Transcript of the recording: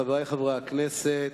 חברי חברי הכנסת,